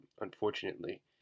unfortunately